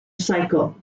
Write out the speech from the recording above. cycle